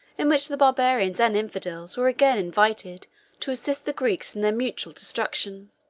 in which the barbarians and infidels were again invited to assist the greeks in their mutual destruction.